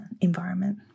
environment